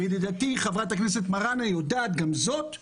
ידידתי חברת הכנסת מראענה יודעת גם זאת,